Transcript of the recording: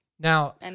Now